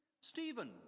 Stephen